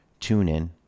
TuneIn